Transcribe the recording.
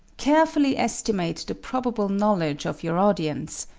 carefully estimate the probable knowledge of your audience,